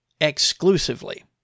Exclusively